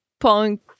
punk